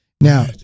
Now